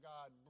God